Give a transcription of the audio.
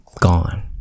gone